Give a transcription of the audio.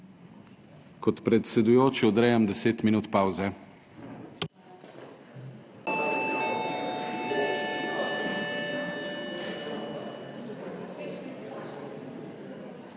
Kot predsedujoči odrejam 10 minut pavze.